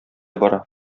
бара